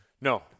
No